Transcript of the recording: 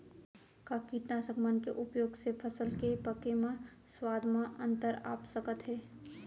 का कीटनाशक मन के उपयोग से फसल के पके म स्वाद म अंतर आप सकत हे?